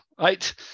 right